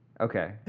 Okay